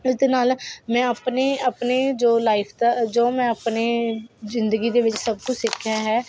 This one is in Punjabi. ਇਸ ਦੇ ਨਾਲ ਮੈਂ ਆਪਣੇ ਆਪਣੇ ਜੋ ਲਾਈਫ ਦਾ ਜੋ ਮੈਂ ਆਪਣੇ ਜ਼ਿੰਦਗੀ ਦੇ ਵਿੱਚ ਸਭ ਕੁਛ ਸਿੱਖਿਆ ਹੈ